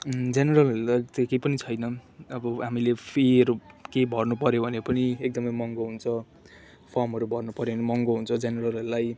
जेनरलहरूलाई चाहिँ केही पनि छैन अब हामीले फिहरू केही भर्नुपर्यो भने पनि एकदमै महँगो हुन्छ फर्महरू भर्नुपर्यो भने महँगो हुन्छ जेनरलहरूलाई